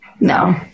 No